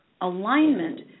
alignment